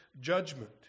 judgment